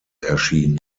erschien